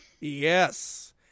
Yes